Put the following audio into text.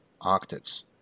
octaves